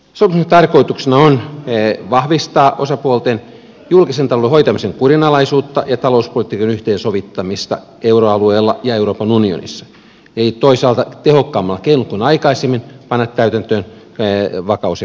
sopimuksen tarkoituksena on vahvistaa osapuolten julkisen talouden hoitamisen kurinalaisuutta ja talouspolitiikan yhteensovittamista euroalueella ja euroopan unionissa eli toisaalta tehokkaammalla keinolla kuin aikaisemmin panna täytäntöön vakaus ja kasvusopimus